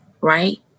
right